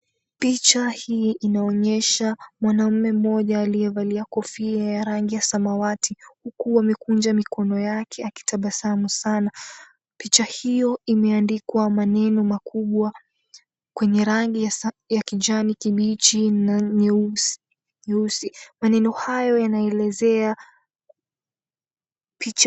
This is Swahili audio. Picha hii inaonyesha mwanaume mmoja aliyevalia kofia ya rangi ya samawati, huku amekunja mikono yake akitabasamu sana. Picha hiyo imeandikwa maneno makubwa kwenye rangi ya kijani kibichi na nyeusi. Maneno hayo yanaelezea picha.